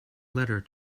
letter